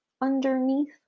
underneath